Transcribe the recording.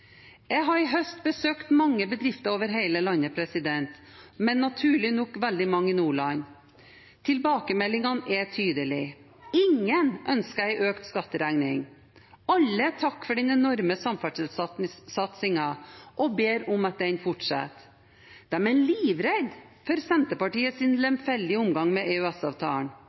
Jeg har i høst besøkt mange bedrifter over hele landet, og naturlig nok veldig mange i Nordland. Tilbakemeldingene er tydelige. Ingen ønsker en økt skatteregning; alle takker for den enorme samferdselssatsingen og ber om at den fortsetter. De er livredde for Senterpartiets lemfeldige omgang med